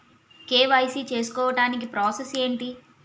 KYC చేసుకోవటానికి process ఏంటి?